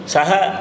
Saha